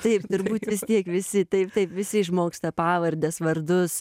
taip turbūt vis tiek visi taip taip visi išmoksta pavardes vardus